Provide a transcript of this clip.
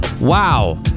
Wow